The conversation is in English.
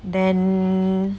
then